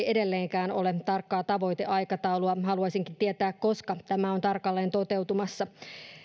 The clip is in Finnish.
edelleenkään ole tarkkaa tavoiteaikataulua haluaisinkin tietää koska tämä on tarkalleen toteutumassa